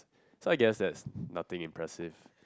so I just there's nothing impressive